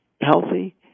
healthy